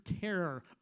terror